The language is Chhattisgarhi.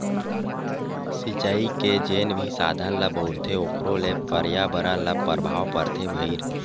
सिचई के जेन भी साधन ल बउरथे ओखरो ले परयाबरन ल परभाव परथे भईर